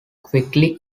quickly